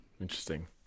Interesting